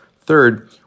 Third